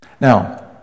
Now